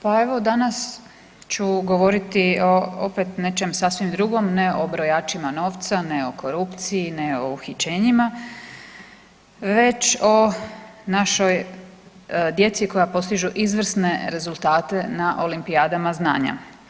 Pa evo danas ću govoriti o opet nečem sasvim drugom, ne o brojačima novca, ne o korupciji, ne o uhićenjima već o našoj djeci koja postižu izvrsne rezultate na olimpijadama znanja.